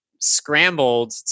scrambled